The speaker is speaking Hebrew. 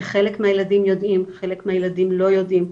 שחלק מהילדים יודעים וחלק מהילדים לא יודעים,